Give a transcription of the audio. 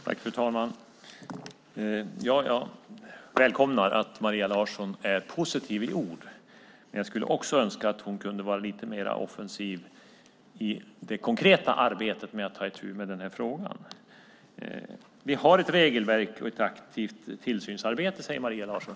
Fru talman! Jag välkomnar att Maria Larsson är positiv i ord, men jag skulle önska att hon kunde vara lite mer offensiv i det konkreta arbetet med att ta itu med den här frågan. Vi har ett regelverk och ett aktivt tillsynsarbete, säger Maria Larsson.